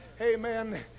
Amen